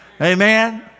Amen